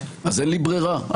אז אין לי ברירה.